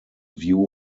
view